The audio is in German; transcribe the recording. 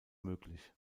möglich